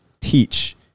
teach